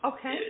Okay